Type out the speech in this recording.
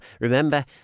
remember